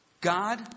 God